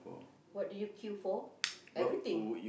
what do you queue for everything